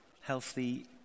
healthy